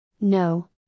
No